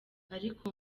ariko